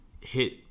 hit